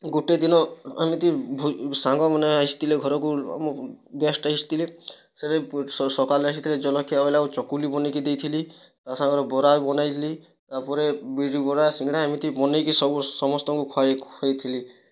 ଗୋଟେ ଦିନ ଏମିତି ଭ ସାଙ୍ଗମାନେ ଆସିଥିଲେ ଘରକୁ ଆମ ଗେଷ୍ଟ ଆସିଥିଲେ ସେ ଲାଗି ସକାଲେ ସେଥିରେ ଜଲଖିଆ ବଲେ ଚକୁଲି ବନାଇକି ଦେଇଥିଲି ତା ସାଙ୍ଗରେ ବରା ବନାଇଲି ତାପରେ ବିରି ବରା ସିଙ୍ଗଡ଼ା ଏମିତି ବନାଇକି ସବୁ ସମସ୍ତଙ୍କୁ ଖୁଆଇଥିଲି